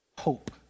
hope